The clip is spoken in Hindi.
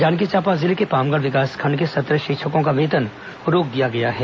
जांजगीर चांपा जिले के पामगढ़ विकासखंड के सत्रह शिक्षकों का वेतन रोक दिया गया है